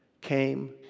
came